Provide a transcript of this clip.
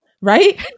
Right